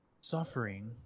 suffering